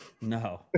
No